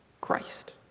Christ